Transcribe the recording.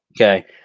Okay